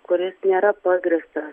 kuris nėra pagrįstas